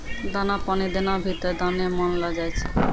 दाना पानी देना भी त दाने मानलो जाय छै